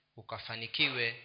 ukafanikiwe